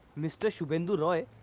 mr. shubhendu roy,